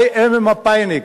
I am a Mapainik,